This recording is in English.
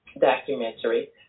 documentary